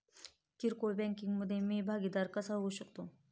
किरकोळ बँकिंग मधे मी भागीदार कसा होऊ शकतो?